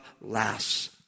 lasts